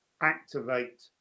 activate